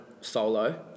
solo